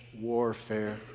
Warfare